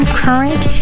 current